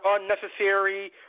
unnecessary